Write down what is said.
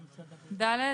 (ד)